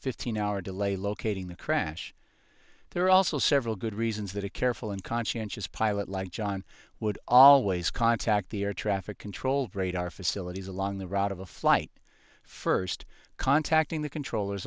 fifteen hour delay locating the crash there are also several good reasons that a careful and conscientious pilot like john would always contact the air traffic control radar facilities along the route of the flight first contacting the controllers